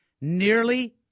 nearly